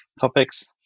topics